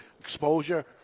exposure